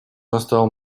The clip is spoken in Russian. настал